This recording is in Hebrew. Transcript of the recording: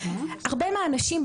הרבה אנשים,